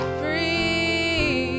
free